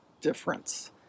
difference